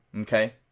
Okay